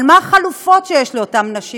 אבל מה החלופות שיש לאותן נשים,